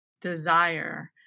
desire